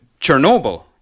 Chernobyl